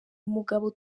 umugabo